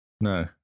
No